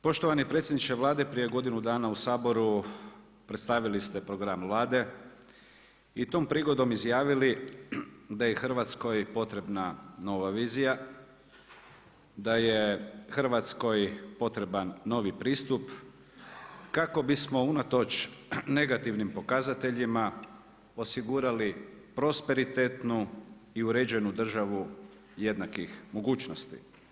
Poštovani predsjedniče Vlade prije godinu dana u Saboru predstavili ste program Vlade i tom prigodom izjavili da je Hrvatskoj potrebna nova vizija, da je Hrvatskoj potreban novi pristup kako bismo unatoč negativnim pokazateljima osigurali prosperitetnu i uređenu državu jednakih mogućnosti.